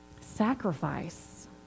sacrifice